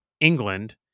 England